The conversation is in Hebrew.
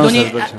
אדוני,